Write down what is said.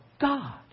God